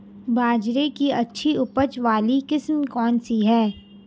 बाजरे की अच्छी उपज वाली किस्म कौनसी है?